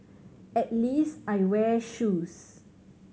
at least I wear shoes